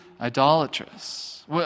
idolatrous